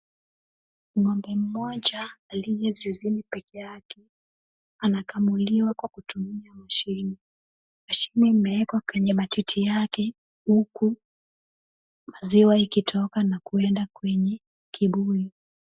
Ng'ombe mmoja aliye zizini pekee yake, anakamuliwa kwa kutumia mashini. Mashini imeekwa kwenye matiti yake huku maziwa ikitoka na kuenda kwenye kibuyu.